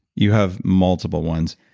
you have multiple ones.